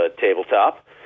tabletop